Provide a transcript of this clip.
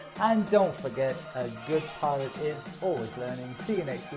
and don't forget, a good pilot is always learning see you next and